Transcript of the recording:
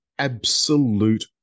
Absolute